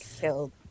killed